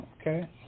Okay